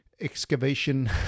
excavation